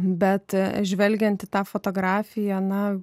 bet žvelgiant į tą fotografiją na